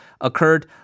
occurred